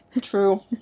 True